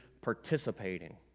participating